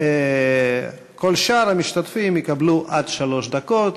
וכל שאר המשתתפים יקבלו עד שלוש דקות.